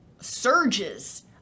surges